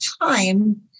time